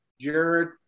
jared